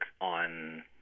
on